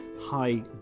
high